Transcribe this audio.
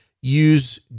Use